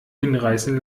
hinreißen